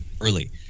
early